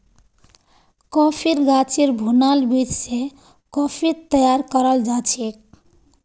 कॉफ़ीर गाछेर भुनाल बीज स कॉफ़ी तैयार कराल जाछेक